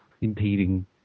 impeding